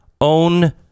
own